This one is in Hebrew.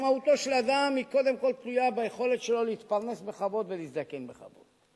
עצמאותו של אדם קודם כול תלויה ביכולת שלו להתפרנס בכבוד ולהזדקן בכבוד.